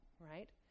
right